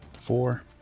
Four